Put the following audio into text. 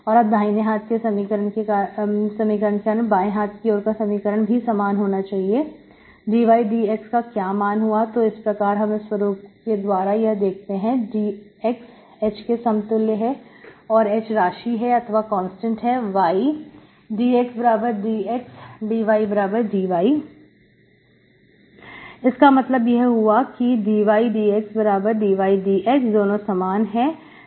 तो अब दाहिने हाथ के समीकरण के कारण बाएं हाथ की ओर का समीकरण ही समान होना चाहिए dYdX का क्या मान हुआ तो इस प्रकार हम इस स्वरूप के द्वारा यह देखते हैं dx h के समतुल्य है और h राशि है अथवा कांस्टेंट है Y dxdXdydY इसका मतलब यह हुआ dydxdYdX दोनों समान है